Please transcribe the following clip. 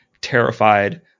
terrified